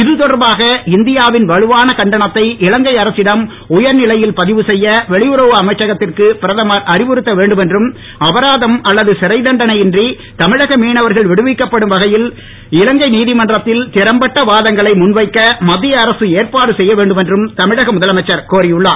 இது தொடர்பாக இந்தியாவின் வலுவான கண்டனத்தை இலங்கை அரசிடம் உயர்நிலையில் பதிவு செய்ய வெளியுறவு அமைச்சகத்திற்கு பிரதமர் அறிவுறுத்த வேண்டும் என்றும் அபராதம் அல்லது சிறை தண்டனை இன்றி தமிழக மீனவர்கள் விடுவிக்கப்படும் வகையில் இலங்கை நீதிமன்றத்தில் திறம்பட்ட வாதங்களை முன் வைக்க மத்திய அரசு ஏற்பாடு செய்ய வேண்டும் என்றும் தமிழக முதலமைச்சர் கோரியுள்ளார்